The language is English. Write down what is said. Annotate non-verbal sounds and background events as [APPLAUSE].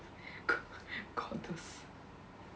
[LAUGHS] g~ goddess